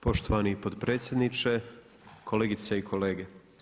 Poštovani potpredsjedniče, kolegice i kolege.